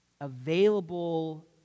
available